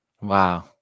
Wow